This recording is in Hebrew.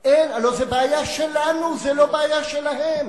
הלוא זו בעיה שלנו, זו לא בעיה שלהם.